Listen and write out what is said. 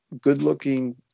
good-looking